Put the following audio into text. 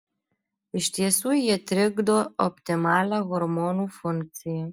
iš tiesų jie trikdo optimalią hormonų funkciją